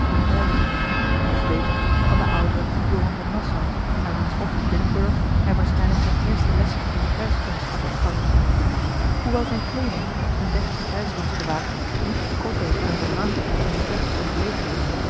berlichingen of beter van den ouderen johan van nassau aan wiens hof te dillenburg hij waarschijnlijk zijne eerste lessen in de krijgskunst had ontvangen hoewel zijne kleeding een deftig krijgsmansgewaad niets te kort deed aan zijn rang en de plechtige gelegenheid